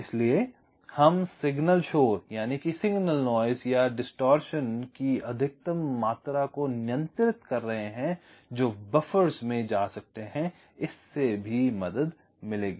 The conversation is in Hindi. इसलिए हम सिग्नल शोर या विरूपण की अधिकतम मात्रा को नियंत्रित कर रहे हैं जो बफ़र्स में जा सकते हैं इसमें भी मदद मिलेगी